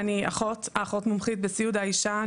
אני אחות מומחית בסיעוד האישה,